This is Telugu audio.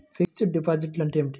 ఫిక్సడ్ డిపాజిట్లు అంటే ఏమిటి?